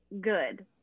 good